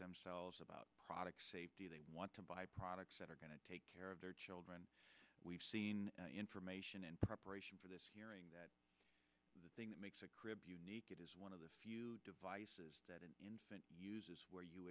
themselves about products do they want to buy products that are going to take care of their children we've seen information in preparation for this hearing that the thing that makes a crib unique is one of the few devices that an infant uses where you